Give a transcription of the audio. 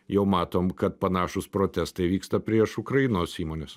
jau matom kad panašūs protestai vyksta prieš ukrainos įmones